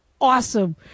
awesome